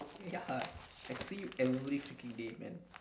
ya I see you every freaking day man